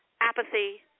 apathy